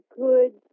good